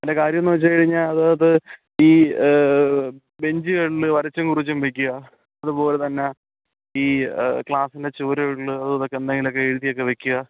അതിൻ്റെ കാര്യമെന്നു വച്ചു കഴിഞ്ഞാൽ അത് ഈ ബെഞ്ചുകളിൽ വരച്ചും കുറിച്ചും വയ്ക്കുക അതുപോലെ തന്നെ ഈ ക്ലാസ്സിൻ്റെ ചുവരുകളിൽ അതുമിതുമൊക്കെ എന്തെങ്കിലുമൊക്കെ എഴുതിയൊക്കെ വയ്ക്കുക